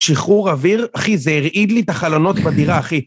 שחרור אוויר, אחי, זה הרעיד לי את החלונות בדירה, אחי.